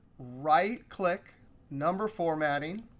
right click number formatting.